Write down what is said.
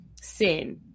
sin